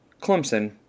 Clemson